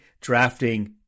drafting